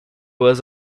was